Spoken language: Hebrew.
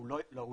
הוא לא חשוף.